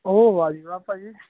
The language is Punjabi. ਓ ਵਾਹ ਜੀ ਵਾਹ ਭਾਅ ਜੀ